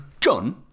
John